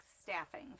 staffing